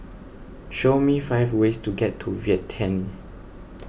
show me five ways to get to Vientiane